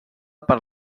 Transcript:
per